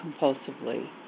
compulsively